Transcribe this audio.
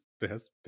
best